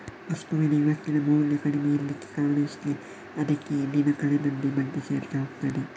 ವಸ್ತುವಿನ ಇವತ್ತಿನ ಮೌಲ್ಯ ಕಡಿಮೆ ಇರ್ಲಿಕ್ಕೆ ಕಾರಣ ಇಷ್ಟೇ ಅದ್ಕೆ ದಿನ ಕಳೆದಂತೆ ಬಡ್ಡಿ ಸೇರ್ತಾ ಹೋಗ್ತದೆ